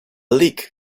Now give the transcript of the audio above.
leak